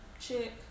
chick